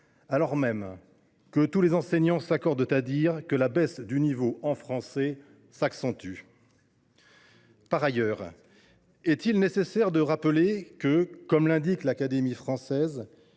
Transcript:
alors même que tous les enseignants s’accordent à dire que la baisse du niveau en français s’accentue. Par ailleurs, est il nécessaire de rappeler, comme l’indique l’Académie française,